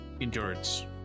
endurance